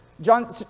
John